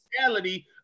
reality